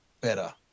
better